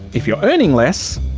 if you're earning less,